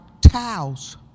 towels